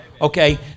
okay